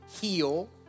heal